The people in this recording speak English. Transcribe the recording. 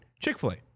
Chick-fil-A